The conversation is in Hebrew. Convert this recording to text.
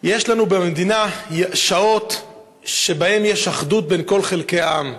יש לנו במדינה שעות שבהן יש אחדות בין כל חלקי העם,